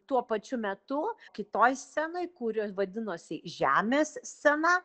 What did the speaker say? tuo pačiu metu kitoj scenoj kurios vadinosi žemės sena